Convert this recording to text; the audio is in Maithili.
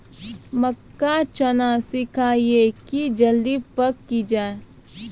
मक्का चना सिखाइए कि जल्दी पक की जय?